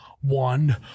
one